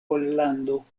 pollando